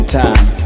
time